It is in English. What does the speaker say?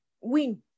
win